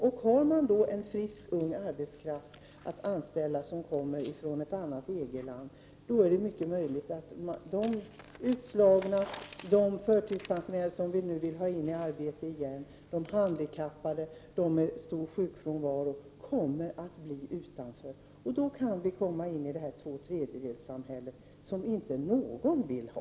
Om det finns en frisk, ung arbetskraft från ett annat EG-land att anställa, är det mycket möjligt att de utslagna, de förtidspensionerade — som vi nu vill ha in i arbete igen —, de handikappade och de som har hög sjukfrånvaro blir utanför. Då kan vi få det här tvåtredjedelssamhället, som inte någon vill ha.